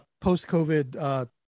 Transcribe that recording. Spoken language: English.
post-COVID